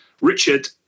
Richard